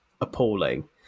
appalling